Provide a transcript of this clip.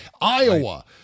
Iowa